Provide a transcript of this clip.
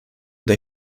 they